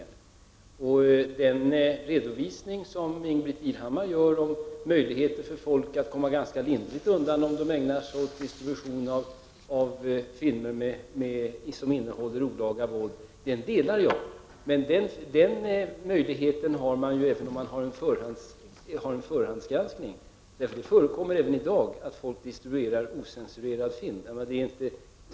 Jag håller med Ingbritt Irhammar om hennes redovisning av möjligheterna för folk att komma ganska lindrigt undan om de ägnar sig åt distribution av filmer som innehåller olaga våld. Men den möjligheten finns även om man har en förhandsgranskning. Det förekommer även i dag att folk distribuerar ocensurerad film.